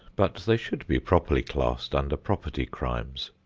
but they should be properly classed under property crimes.